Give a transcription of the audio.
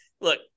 look